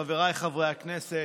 חבריי חברי הכנסת,